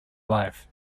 life